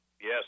Yes